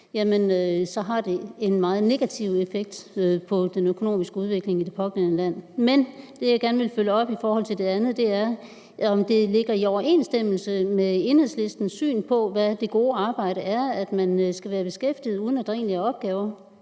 har det en meget negativ effekt på den økonomiske udvikling i landet. Men det andet, jeg gerne vil følge op på, er, om det er i overensstemmelse med Enhedslistens syn på, hvad det gode arbejde er, at man skal være beskæftiget, uden at der egentlig er opgaver.